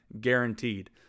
guaranteed